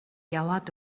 яваад